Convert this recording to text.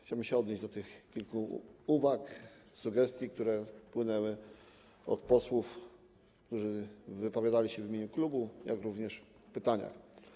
Chciałbym się odnieść do tych kilku uwag, sugestii, które wpłynęły od posłów, którzy wypowiadali się w imieniu klubu, jak również w pytaniach.